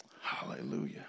Hallelujah